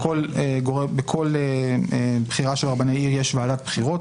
בכל בחירה של רבני עיר יש ועדת בחירות,